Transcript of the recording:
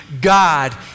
God